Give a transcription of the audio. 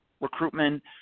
recruitment